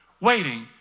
waiting